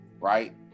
right